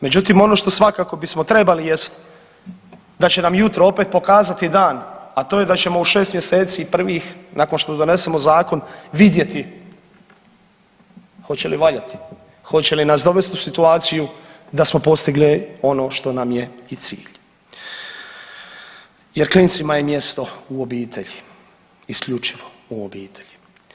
Međutim, ono što svakako bismo trebali jest da će nam jutro opet pokazati dan, a to je da ćemo u 6 mjeseci prvih nakon što donesemo zakon vidjeti hoće li valjati, hoće li nas dovest u situaciju da smo postigli ono što nam je i cilj jer klincima je mjesto u obitelji, isključivo u obitelji.